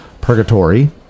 purgatory